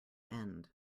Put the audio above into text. end